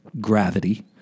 gravity